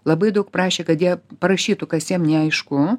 labai daug prašę kad jie parašytų kas jiem neaišku